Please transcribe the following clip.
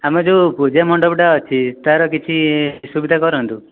ଆମ ଯେଉଁ ପୂଜା ମଣ୍ଡପଟା ଅଛି ତାର କିଛି ସୁବିଧା କରନ୍ତୁ